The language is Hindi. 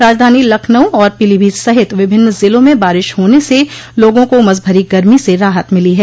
राजधानी लखनऊ और पीलीभीत सहित विभिन्न जिलों में बारिश होने से लोगों को उमस भरी गर्मी से राहत मिली है